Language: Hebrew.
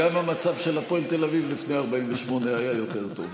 גם המצב של הפועל תל אביב לפני 48' היה יותר טוב.